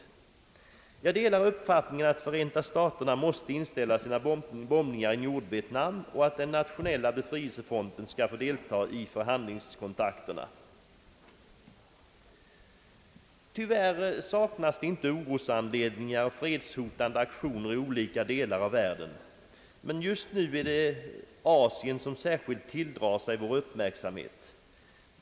Jag delar uppfattningen att Förenta staterna måste inställa sina bombningar i Nordvietnam och att den nationella befrielsefronten skall få deltaga i förhandlingskontakterna. Tyvärr saknas det inte orosanledningar och fredshotande aktioner även i andra delar av världen, men just nu är det Asien som särskilt tilldrar sig vår uppmärksamhet.